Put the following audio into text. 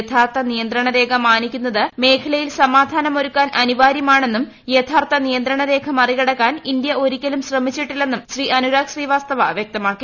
യഥാർത്ഥ നിയന്ത്രണ രേഖ മാനിക്കുന്നത് മേഖലയിൽ സമാധാനം ഒരുക്കാൻ അനിവാരൃമാണെന്നും യഥാർത്ഥ നിയന്ത്രണ രേഖ മറികടക്കാൻ ഇന്ത്യ ഒരിക്കലും ശ്രമിച്ചിട്ടില്ലെന്നും ശ്രീ അനുരാഗ് ശ്രീവാസ്തവ വ്യക്തമാക്കി